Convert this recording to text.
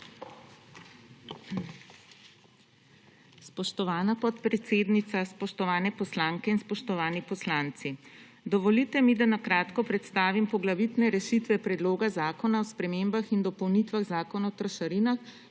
spoštovana podpredsednica, spoštovane poslanke in spoštovani poslanci! Dovolite mi, da na kratko predstavim poglavitne rešite Predloga zakona o spremembah in dopolnitvah Zakona o trošarinah,